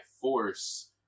force